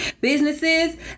businesses